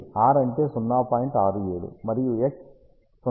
67 మరియు x 0